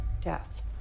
Death